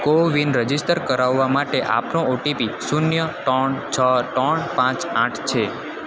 CoWIN register કરાવવા માટે આપનો ઓટીપી શૂન્ય ત્રણ છ ત્રણ પાંચ આઠ છે